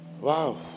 Wow